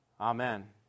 Amen